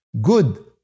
good